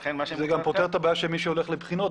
זה גם פותר את הבעיה של מי שהולך לבחינות.